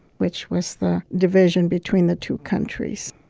which was the division between the two countries.